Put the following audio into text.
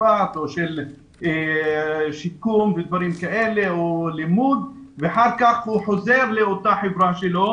משפט או שיקום או לימוד ואחר כך הוא חוזר לאותה חברה שלו